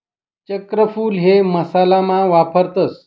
चक्रफूल हे मसाला मा वापरतस